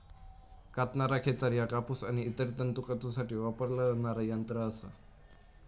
कातणारा खेचर ह्या कापूस आणि इतर तंतू कातूसाठी वापरला जाणारा यंत्र असा